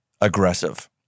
aggressive